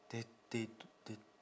they they they